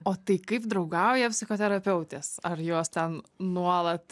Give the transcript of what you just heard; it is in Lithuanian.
o tai kaip draugauja psichoterapeutės ar jos ten nuolat